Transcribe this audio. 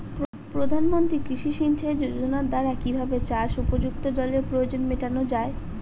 প্রধানমন্ত্রী কৃষি সিঞ্চাই যোজনার দ্বারা কিভাবে চাষ উপযুক্ত জলের প্রয়োজন মেটানো য়ায়?